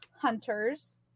hunters